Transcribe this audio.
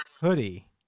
hoodie